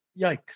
yikes